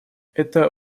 это